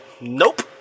nope